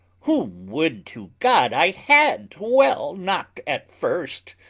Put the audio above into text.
whom would to god i had well knock'd at first,